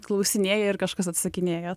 klausinėja ir kažkas atsisakinėja